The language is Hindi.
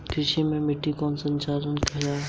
कृषि में मिट्टी की संरचना क्या है?